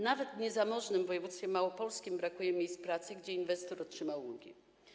Nawet w niezamożnym województwie małopolskim brakuje miejsc pracy, gdzie inwestor otrzymał ulgi.